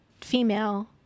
female